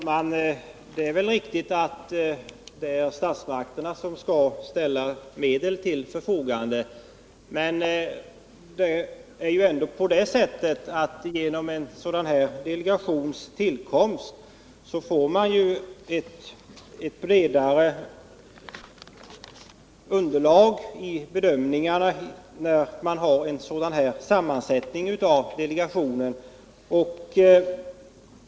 Herr talman! Det är riktigt att det är statsmakterna som skall ställa medel till förfogande, men genom en sådan här delegations tillkomst och genom dess sammansättning får man ju en bredare förankring vid bedömningarna.